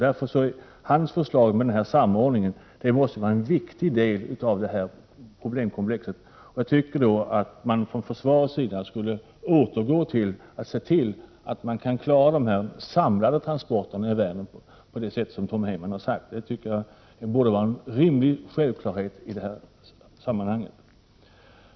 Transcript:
Tom Heymans förslag om en samordning är en viktig del när det gäller problemkomplexet, och jag tycker att man från försvarets sida skulle se till att man kan klara dessa samlade transporter i Vänern på det sätt som Tom Heyman har förordat. Detta anser jag borde vara en självklarhet i sammanhanget.